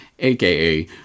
AKA